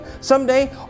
someday